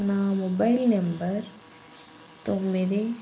నా mobile number తొమ్మిది